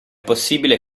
possibile